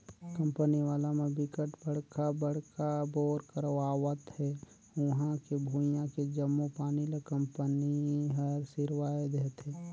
company वाला म बिकट बड़का बड़का बोर करवावत हे उहां के भुइयां के जम्मो पानी ल कंपनी हर सिरवाए देहथे